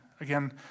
Again